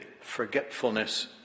forgetfulness